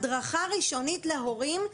הדרכה ראשונית להורים,